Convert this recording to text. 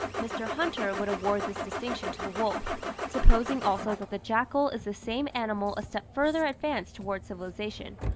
mr. hunter would award this distinction to the wolf supposing also that the jackal is the same animal a step further advanced towards civilization,